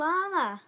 Mama